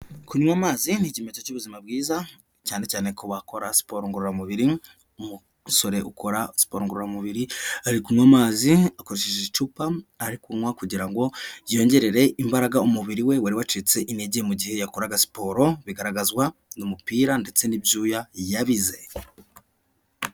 Kunywa amazi nk'ikimenyetso cy'ubuzima bwiza cyane cyane ku bakora siporo ngororamubiri, umusore ukora siporo ngororamubiri ari kunywa amazi akoresheje icupa, ari kunywa kugira ngo byongerere imbaraga umubiri we wari wacitse intege mu gihe yakoraga siporo bigaragazwa n'umupira ndetse n'ibyuya yabize.